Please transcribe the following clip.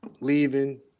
leaving